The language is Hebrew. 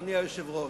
אדוני היושב-ראש.